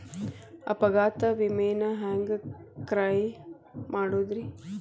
ಅಪಘಾತ ವಿಮೆನ ಹ್ಯಾಂಗ್ ಕ್ಲೈಂ ಮಾಡೋದ್ರಿ?